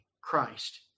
Christ